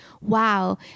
wow